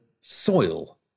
soil